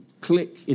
click